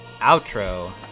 outro